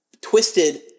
twisted